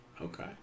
Okay